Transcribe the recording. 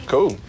Cool